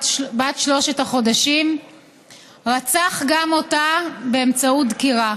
שלושת החודשים רצח גם אותה באמצעות דקירה.